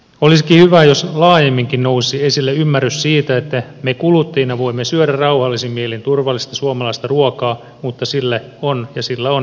olisikin hyvä jos laajemminkin nousisi esille ymmärrys siitä että me kuluttajina voimme syödä rauhallisin mielin turvallista suomalaista ruokaa mutta sille on ja sillä on hintansa